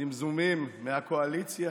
הזמזומים מהקואליציה: